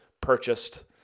purchased